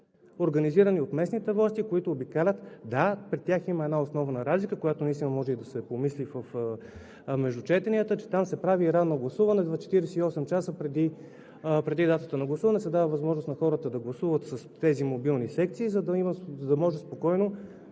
организирани от местните власти, които обикалят. Да, при тях има една основна разлика, която може да се помисли между четенията, че там се прави ранно гласуване. 48 часа преди датата за гласуване се дава възможност на хората да гласуват в тези мобилни секции, за да може спокойно